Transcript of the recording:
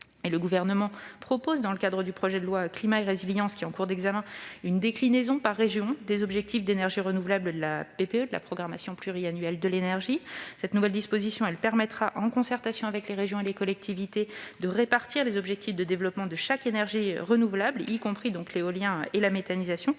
renforcement de la résilience face à ses effets, qui est en cours d'examen, une déclinaison par région des objectifs d'énergies renouvelables de la programmation pluriannuelle de l'énergie (PPE). Cette nouvelle disposition permettra, en concertation avec les régions et les collectivités, de répartir les objectifs de développement de chaque énergie renouvelable, y compris l'éolien et la méthanisation,